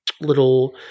little